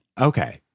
okay